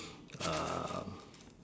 um